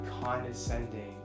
condescending